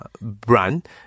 brand